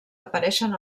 apareixen